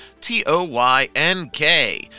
T-O-Y-N-K